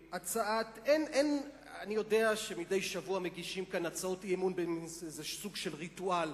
אני יודע שמדי שבוע מגישים כאן הצעות אי-אמון באיזה סוג של ריטואל,